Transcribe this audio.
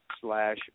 slash